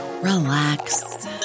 relax